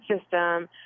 system